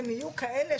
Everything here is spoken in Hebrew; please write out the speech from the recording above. הם יהיו כאלה